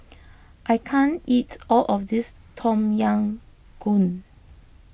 I can't eat all of this Tom Yam Goong